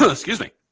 ah excuse me.